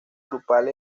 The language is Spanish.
grupal